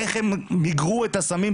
איך הם מיגרו את הסמים,